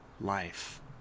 Life